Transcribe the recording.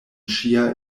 ŝia